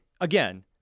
again